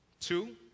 two